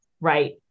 right